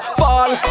fall